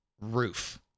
roof